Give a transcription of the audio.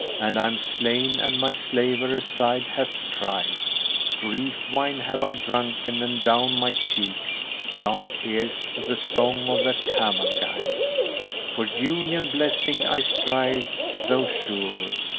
and i'm slain and my slaver aside hath tried grief-wine have i drunken, and down my cheeks dance tears to the song of the camel-guide for union-blessing i strive though sure,